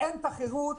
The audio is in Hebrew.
אין תחרות,